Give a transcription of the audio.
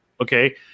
Okay